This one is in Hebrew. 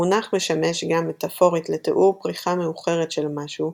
המונח משמש גם מטפורית לתיאור פריחה מאוחרת של משהו,